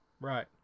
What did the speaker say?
right